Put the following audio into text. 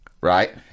Right